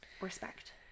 respect